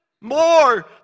more